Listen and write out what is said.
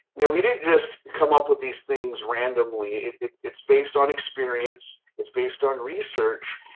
now we didn't just come up with these things randomly it's based on experience, it's based on research,